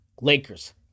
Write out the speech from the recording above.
Lakers